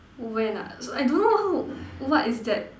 when ah so I don't know what is that